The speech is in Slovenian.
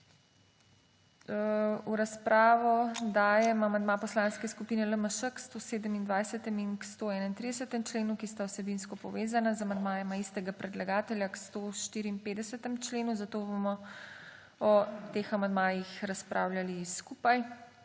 V razpravo dajem amandma Poslanske skupine LMŠ k 127. in 131. členu, ki sta vsebinsko povezana z amandmajema istega predlagatelja k 154. členu, zato bomo o teh amandmajih razpravljali skupaj.